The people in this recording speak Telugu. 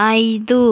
ఐదు